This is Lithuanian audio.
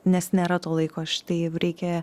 nes nėra to laiko štai jeigu reikia